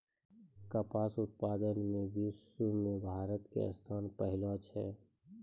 कपास उत्पादन मॅ विश्व मॅ भारत के स्थान पहलो छै